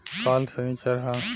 काल्ह सनीचर ह